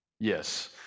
Yes